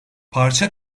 parça